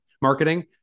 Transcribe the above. Marketing